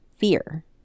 fear